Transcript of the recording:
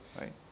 Right